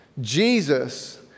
Jesus